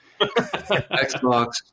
Xbox